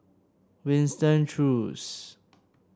Winston Choos